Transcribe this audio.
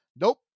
Nope